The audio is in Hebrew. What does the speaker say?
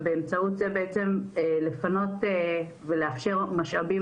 ובאמצעות זה בעצם לפנות ולאפשר משאבים